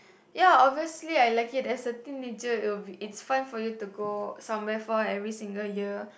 ya obviously I like it as a team nature it will be it's fun for you to go somewhere far every single year